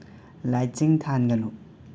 ꯂꯥꯏꯠꯁꯤꯡ ꯊꯥꯟꯒꯅꯨ